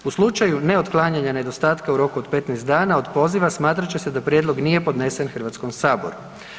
U slučaju neotklanjanja nedostatka u roku od 15 dana od poziva, smatrat će se da prijedlog nije podnesen Hrvatskom saboru.